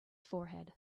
forehead